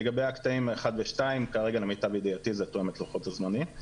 לגבי הקטעים 1 ו-2 כרגע למיטב ידיעתי זה תואם את לוחות הזמנים.